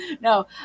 no